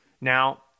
now